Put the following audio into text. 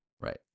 Right